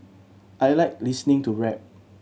I like listening to rap